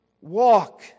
walk